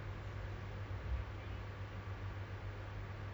it's quite scary lah kalau balik malam-malam then